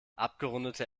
abgerundete